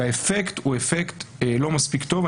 והאפקט הוא אפקט לא מספיק טוב.